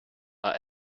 are